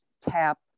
tap